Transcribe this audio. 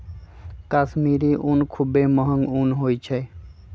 कश्मीरी ऊन खुब्बे महग ऊन होइ छइ